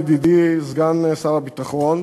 ידידי סגן שר הביטחון,